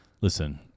Listen